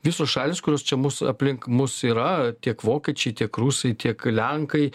visos šalys kurios čia mus aplink mus yra tiek vokiečiai tiek rusai tiek lenkai